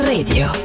Radio